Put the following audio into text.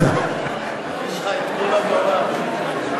יש לך כל הבמה.